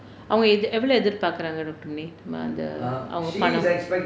அவங்க இது எவ்வளவு எதிர்பார்க்கிறாங்க:avanga ithu evvalvu ethirpaarkiraanga rottini ah அந்த அவங்க பணம்:antha avanga panam